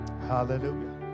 Hallelujah